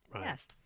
Yes